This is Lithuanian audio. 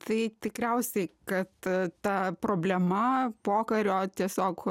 tai tikriausiai kad ta problema pokario tiesiog